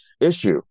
issue